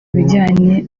ibijyanye